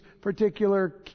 particular